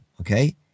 okay